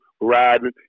riding